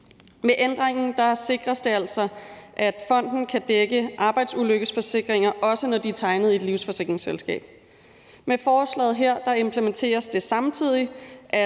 Med ændringen sikres det altså, at fonden kan dække arbejdsulykkeforsikringer, også når de er tegnet i et livsforsikringsselskab. Med forslaget her implementeres det samtidig,